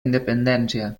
independència